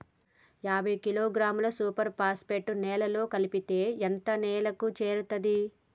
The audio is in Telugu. యాభై కిలోగ్రాముల సూపర్ ఫాస్ఫేట్ నేలలో కలిపితే ఎంత నేలకు చేరుతది?